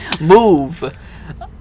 move